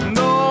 no